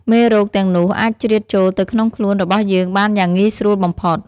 មេរោគទាំងនោះអាចជ្រៀតចូលទៅក្នុងខ្លួនរបស់យើងបានយ៉ាងងាយស្រួលបំផុត។